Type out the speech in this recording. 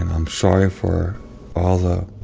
and i'm sorry for all the